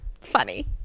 Funny